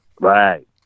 Right